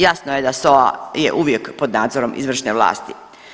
Jasno je sa SOA je uvijek pod nadzorom izvršne vlasti.